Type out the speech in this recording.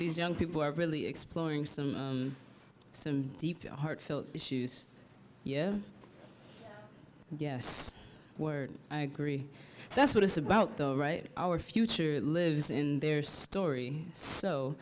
these young people are really exploring some so deep heartfelt issues yes yes word i agree that's what it's about though right our future lives in their story so